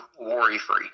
worry-free